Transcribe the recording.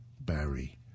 Barry